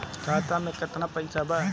खाता में केतना पइसा बा?